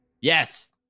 Yes